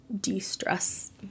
de-stress